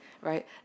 right